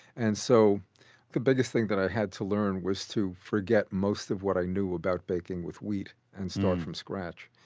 and so the biggest thing that i had to learn was to forget most of what i knew about baking with wheat and start from scratch.